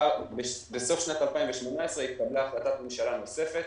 בסוף שנת 2018 התקבלה החלטת ממשלה נוספת,